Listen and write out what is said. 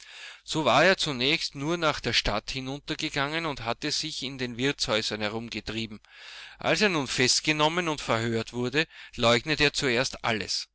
so war er zunächst nur nach der stadt hinuntergegangen und hatte sich in den wirtshäusern herumgetrieben als er nun festgenommen und verhört wurde leugnete er zuerst alles